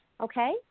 okay